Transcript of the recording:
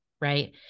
right